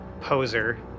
poser